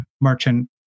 merchant